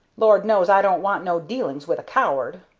lord knows, i don't want no dealings with a coward.